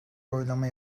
oylama